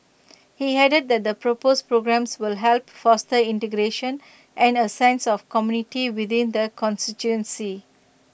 he added that the proposed programmes will help foster integration and A sense of community within the constituency